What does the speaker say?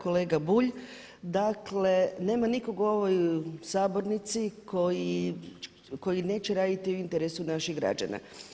Kolega Bulj, dakle nema nikog u ovoj Sabornici koji neće raditi u interesu naših građana.